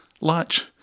lunch